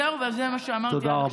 זהו, זה מה שאמרתי על זה.